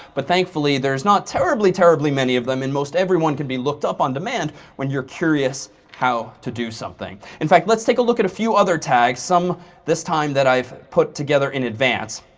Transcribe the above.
but thankfully, there's not terribly, terribly many of them. and most every one can be looked up on demand when you're curious how to do something. in fact, let's take a look at a few other tags some this time that i've put together in advance.